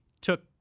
took